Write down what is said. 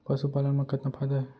पशुपालन मा कतना फायदा हे?